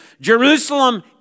Jerusalem